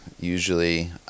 Usually